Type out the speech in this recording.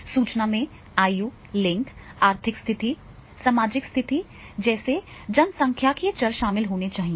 सूचना में आयु लिंग आर्थिक स्थिति सामाजिक स्थिति जैसे जनसांख्यिकीय चर शामिल होने चाहिए